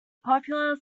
popular